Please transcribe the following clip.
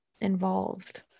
involved